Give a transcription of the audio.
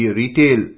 retail